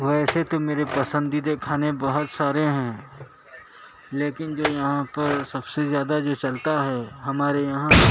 ویسے تو میرے پسندیدہ کھانے بہت سارے ہیں لیکن جو یہاں پر سب سے زیادہ جو چلتا ہے ہمارے یہاں